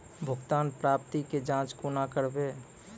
भुगतान प्राप्ति के जाँच कूना करवै?